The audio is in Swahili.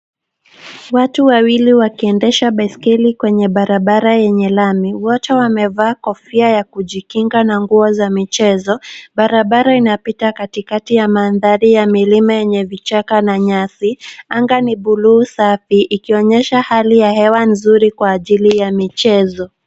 Watu wawili wakiendesha baiskeli kwenye barabara yenye lami. Wote wamevaa kofia ya kujikinga na nguo za michezo. Barabara inapita katikati ya mandhari ya milima yenye vichaka na nyasi . Anga ni buluu safi ikionyesha hali ya hewa safi kwa ajili ya michezo.